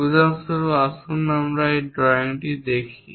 উদাহরণস্বরূপ আসুন এই ড্রয়িংটি দেখি